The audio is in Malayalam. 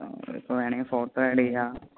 ഇപ്പോൾ വേണമെങ്കിൽ ഫോട്ടോ ഏഡ് ചെയ്യാം